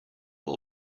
will